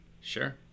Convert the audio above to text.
Sure